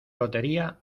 lotería